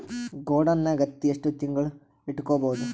ಗೊಡಾನ ನಾಗ್ ಹತ್ತಿ ಎಷ್ಟು ತಿಂಗಳ ಇಟ್ಕೊ ಬಹುದು?